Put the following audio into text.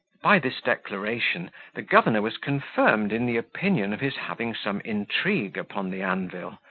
by this declaration the governor was confirmed in the opinion of his having some intrigue upon the anvil.